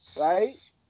right